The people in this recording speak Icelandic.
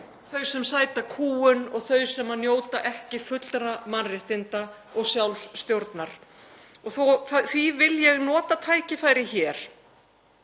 þau sem sæta kúgun og þau sem njóta ekki fullra mannréttinda og sjálfsstjórnar. Því vil ég nota tækifærið hér